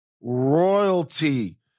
royalty